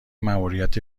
ماموریت